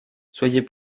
soyez